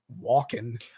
walking